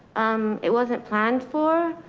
um it wasn't planned for,